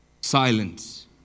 Silence